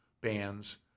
bands